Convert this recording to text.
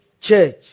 church